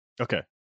Okay